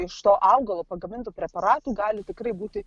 iš to augalo pagamintų preparatų gali tikrai būti